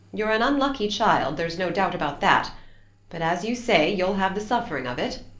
you're an unlucky child, there's no doubt about that but as you say, you'll have the suffering of it.